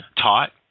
taught